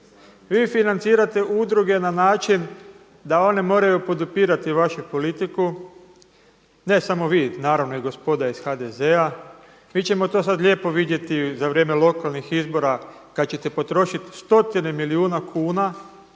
Vi financirate udruge na način da one moraju podupirati vašu politiku, ne samo vi, naravno i gospoda iz HDZ-a. Mi ćemo to sada lijepo vidjeti za vrijeme lokalnih izbora kada ćete potrošiti stotine milijuna kuna